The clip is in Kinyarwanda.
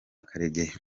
karegeya